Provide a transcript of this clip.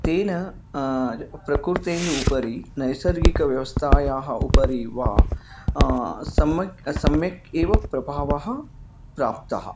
तेन प्रकृतेः उपरि नैसर्गिकव्यवस्थायाः उपरि वा सम्यक् सम्यक् एव प्रभावः प्राप्तः